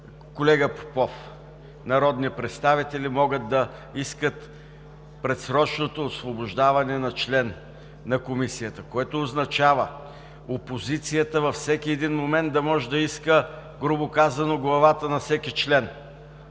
колега Попов, народни представители могат да искат предсрочното освобождаване на член на Комисията, което означава опозицията във всеки един момент да може да иска, грубо казано, „главата на всеки член“,